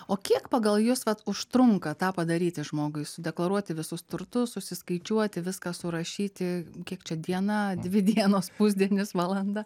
o kiek pagal jus vat užtrunka tą padaryti žmogui su deklaruoti visus turtus susiskaičiuoti viską surašyti kiek čia diena dvi dienos pusdienis valanda